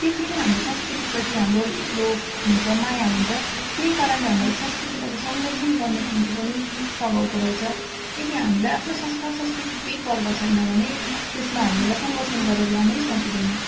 त्यति नै हाम्रो संस्कृतिपट्टि हाम्रो लोभ हुन्छ माया हुन्छ त्यही कारणले हामीलाई संस्कृतिलाई त संरक्षण गर्नुको निम्ति पनि सघाउँ पुऱ्याउँछ यदि हामीलाई आफ्नो संस्कार संस्कृतिको केही परवाह छैन भने त्यसमा हामी यसलाई संरक्षण गरेर लानै सकिँदैन